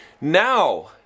now